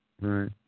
right